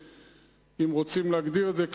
אם רוצים להגדיר את זה,